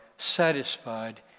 satisfied